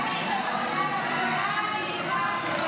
הצעת סיעת יש עתיד להביע אי-אמון בממשלה לא